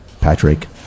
Patrick